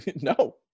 No